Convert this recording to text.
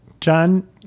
John